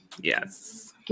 Yes